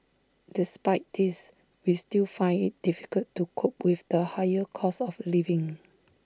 despite this we still find IT difficult to cope with the higher cost of living